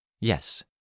Yes